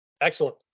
Excellent